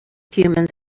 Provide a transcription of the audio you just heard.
humans